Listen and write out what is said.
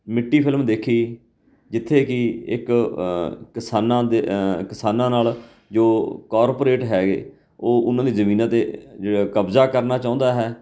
ਮਿੱਟੀ ਫਿਲਮ ਦੇਖੀ ਜਿੱਥੇ ਕਿ ਇੱਕ ਕਿਸਾਨਾਂ ਦੇ ਕਿਸਾਨਾਂ ਨਾਲ ਜੋ ਕਾਰਪੋਰੇਟ ਹੈਗੇ ਉਹ ਉਹਨਾਂ ਦੀ ਜ਼ਮੀਨਾਂ 'ਤੇ ਜੋ ਹੈ ਕਬਜ਼ਾ ਕਰਨਾ ਚਾਹੁੰਦਾ ਹੈ